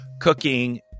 cooking